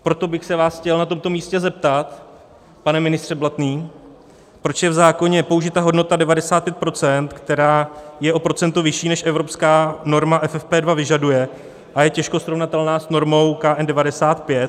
Proto bych se vás chtěl na tomto místě zeptat, pane ministře Blatný, proč je v zákoně použita hodnota 95 %, která je o procento vyšší, než evropská norma FFP2 vyžaduje, a je těžko srovnatelná s normou KN95.